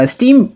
Steam